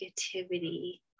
negativity